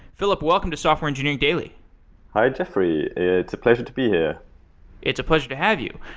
philipp, welcome to software engineering daily hi jeffrey, it's a pleasure to be here it's a pleasure to have you.